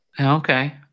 Okay